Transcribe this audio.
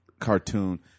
cartoon